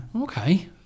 Okay